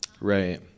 Right